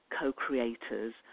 co-creators